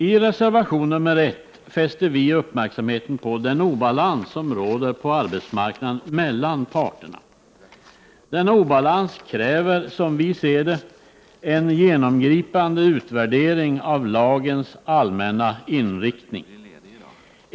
I reservation nr 1 fäster vi uppmärksamheten på den obalans som råder på arbetsmarknaden mellan parterna. Denna obalans kräver, som vi ser saken, en genomgripande utvärdering av lagens allmänna inriktning.